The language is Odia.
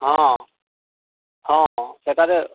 ହଁ ହଁ ସେଠାରେ